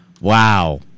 Wow